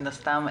מן הסתם,